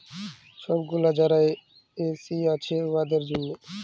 ছব গুলা যারা এস.সি আছে উয়াদের জ্যনহে